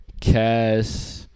cast